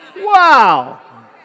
Wow